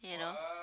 you know